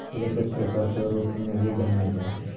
लेपित पेपर के रूप में भी जानल जा हइ